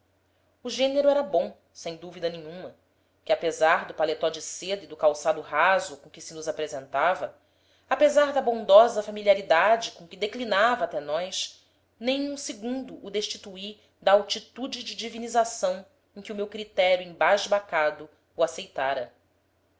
o gênero era bom sem dúvida nenhuma que apesar do paletó de seda e do calçado raso com que se nos apresentava apesar da bondosa familiaridade com que declinava até nós nem um segundo o destituí da altitude de divinização em que o meu critério embasbacado o aceitara